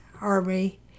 Army